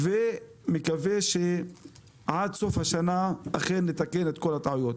ואני מקווה שעד סוף השנה אכן נתקן את כל הטעויות.